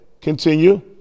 continue